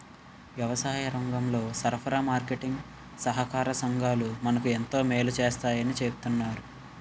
వ్యవసాయరంగంలో సరఫరా, మార్కెటీంగ్ సహాకార సంఘాలు మనకు ఎంతో మేలు సేస్తాయని చెప్తన్నారు